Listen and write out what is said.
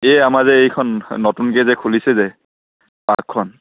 এই আমাৰ যে এইখন নতুনকৈ যে খুলিছে যে পাৰ্কখন